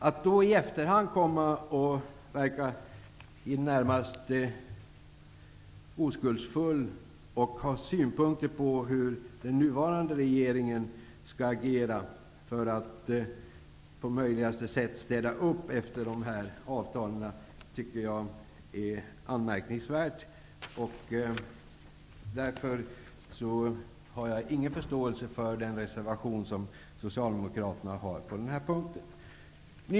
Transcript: Att då i efterhand komma och verka i det närmaste oskuldsfull och ha synpunkter på hur den nuvarande regeringen skall agera för att städa upp efter dessa avtal, tycker jag är anmärkningsvärt. Därför har jag ingen förståelse för den reservation som Socialdemokraterna har på den här punkten.